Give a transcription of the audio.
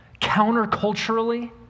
counterculturally